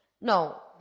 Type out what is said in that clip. No